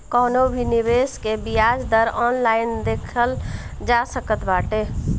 कवनो भी निवेश के बियाज दर ऑनलाइन देखल जा सकत बाटे